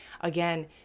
again